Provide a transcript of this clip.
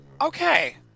Okay